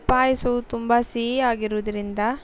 ಪಾಯಸವು ತುಂಬ ಸಿಹಿ ಆಗಿರೋದ್ರಿಂದ